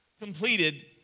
completed